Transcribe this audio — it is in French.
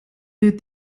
est